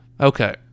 Okay